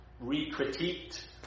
re-critiqued